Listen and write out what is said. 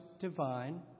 divine